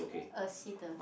oh Sitoh